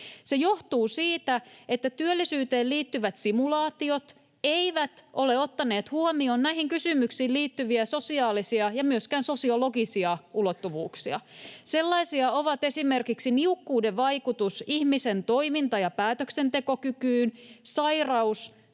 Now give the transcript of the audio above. Se johtuu siitä, että työllisyyteen liittyvät simulaatiot eivät ole ottaneet huomioon näihin kysymyksiin liittyviä sosiaalisia ja myöskään sosiologisia ulottuvuuksia. Sellaisia ovat esimerkiksi niukkuuden vaikutus ihmisen toiminta- ja päätöksentekokykyyn, sairaus